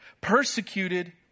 persecuted